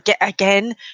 again